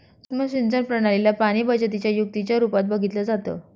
सुक्ष्म सिंचन प्रणाली ला पाणीबचतीच्या युक्तीच्या रूपात बघितलं जातं